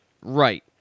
Right